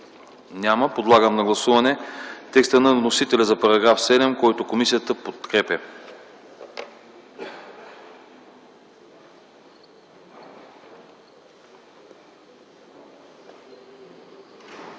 Няма. Подлагам на гласуване текста на вносителя за § 7, който комисията подкрепя.